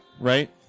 Right